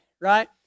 right